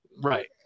Right